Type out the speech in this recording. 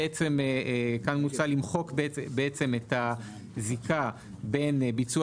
כאן מוצע למחוק בעצם את הזיקה בין ביצוע